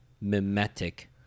mimetic